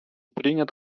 принят